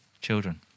children